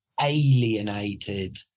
alienated